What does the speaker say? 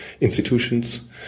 institutions